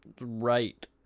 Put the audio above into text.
Right